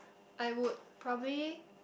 I would probably